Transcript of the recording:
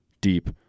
deep